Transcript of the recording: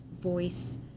voice